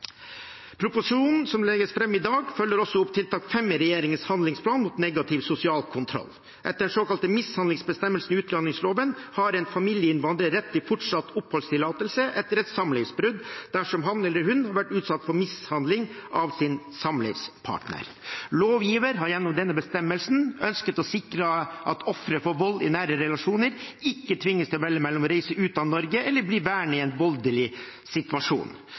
Proposisjonen som legges fram i dag, følger også opp tiltak 5 i regjeringens handlingsplan mot negativ sosial kontroll. Etter den såkalte mishandlingsbestemmelsen i utlendingsloven har en familieinnvandrer rett til fortsatt oppholdstillatelse etter et samlivsbrudd dersom han eller hun har vært utsatt for mishandling av sin samlivspartner. Lovgiveren har gjennom denne bestemmelsen ønsket å sikre at ofre for vold i nære relasjoner ikke tvinges til å velge mellom å reise ut av Norge og å bli værende i en voldelig situasjon.